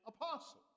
apostle